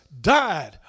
died